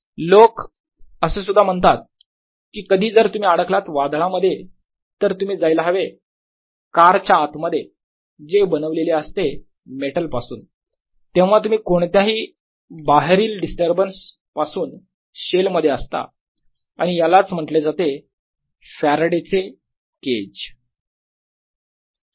लोक असेसुद्धा म्हणतात कि कधी जर तुम्ही अडकलात वादळामध्ये तर तुम्ही जायला हवे कार च्या आतमध्ये जे बनवलेले असते मेटल पासून तेव्हा तुम्ही कोणत्याही बाहेरील डिस्टर्बन्स पासून शेल मध्ये असता आणि यालाच म्हटले जाते फॅरडे चे केज faradays cage